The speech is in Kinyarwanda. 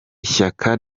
ishyaka